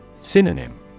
Synonym